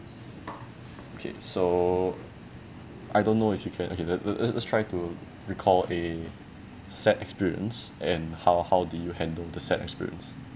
okay so I don't know if you can okay le~ let let's try to recall a sad experience and how how did you handle the sad experience